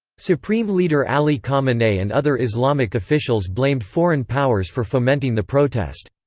supreme leader ali khamenei and other islamic officials blamed foreign powers for fomenting the protest.